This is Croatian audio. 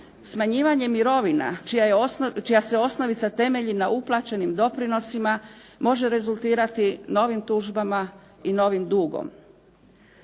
Smanjivanje mirovina čija se osnovica temelji na uplaćenim doprinosima može rezultirati novim tužbama i novim dugom.